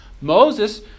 Moses